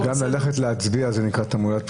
גם ללכת להצביע זה נקרא "תעמולת בחירות".